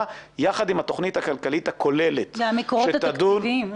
יחד עם התכנית הכלכלית הכוללת -- ואת המקורות התקציביים.